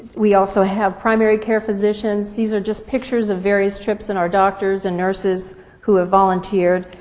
we also have primary care physicians. these are just pictures of various trips and our doctors and nurses who have volunteered,